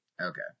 Okay